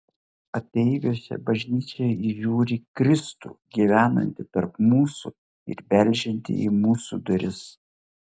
ateiviuose bažnyčia įžiūri kristų gyvenantį tarp mūsų ir beldžiantį į mūsų duris